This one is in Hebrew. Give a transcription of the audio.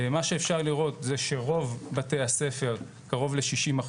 מה שאפשר לראות זה שרוב בתי הספר, קרוב ל-60%,